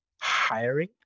hiring